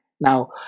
Now